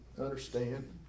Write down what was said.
understand